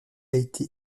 été